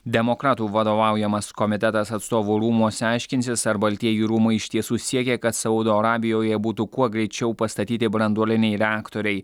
demokratų vadovaujamas komitetas atstovų rūmuose aiškinsis ar baltieji rūmai iš tiesų siekia kad saudo arabijoje būtų kuo greičiau pastatyti branduoliniai reaktoriai